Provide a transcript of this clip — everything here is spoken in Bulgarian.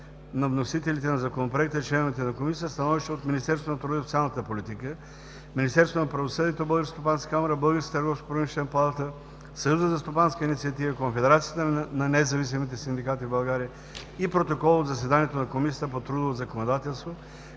на вносителите на Законопроекта и членовете на Комисията становища от Министерството на труда и социалната политика, Министерство на правосъдието, Българска стопанска камара, Българска търговско-промишлена палата, Съюза за стопанска инициатива, Конфедерацията на независимите синдикати в България и Протокол от заседанието на Комисията по трудово законодателство